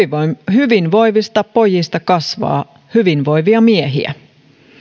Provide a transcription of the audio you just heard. hyvinvoivista pojista kasvaa hyvinvoivia miehiä